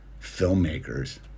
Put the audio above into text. Filmmakers